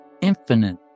infinite